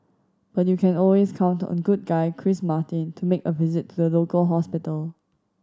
but you can always count on good guy Chris Martin to make a visit to the local hospital